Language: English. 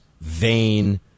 vain